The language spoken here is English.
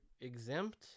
exempt